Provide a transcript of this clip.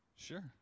sure